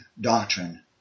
doctrine